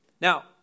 Now